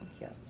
yes